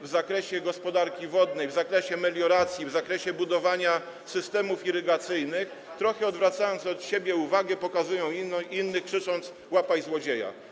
w zakresie gospodarki wodnej, w zakresie melioracji, w zakresie budowania systemów irygacyjnych, trochę odwracając od siebie uwagę, pokazują innych, krzycząc: łap złodzieja!